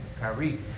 Kyrie